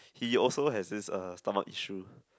he also has this uh stomach issue